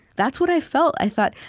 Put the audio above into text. that's what i felt. i thought,